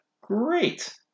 great